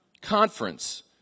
conference